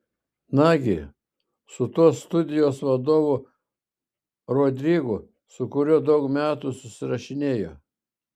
nagi su tuo studijos vadovu rodrigu su kuriuo daug metų susirašinėjo